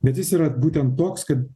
bet jis yra būtent toks kad